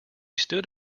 stood